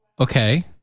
okay